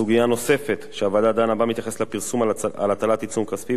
סוגיה נוספת שהוועדה דנה בה מתייחסת לפרסום על הטלת עיצום כספי.